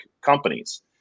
companies